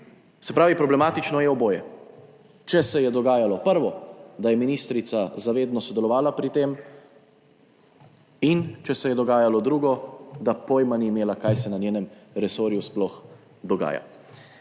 Se pravi, problematično je oboje, če se je dogajalo prvo, da je ministrica zavedno sodelovala pri tem in če se je dogajalo drugo, da pojma ni imela, kaj se na njenem resorju sploh dogaja.